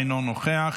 אינו נוכח.